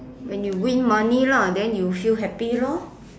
when you win money lah then you feel happy lor